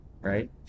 right